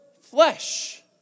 flesh